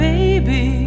Baby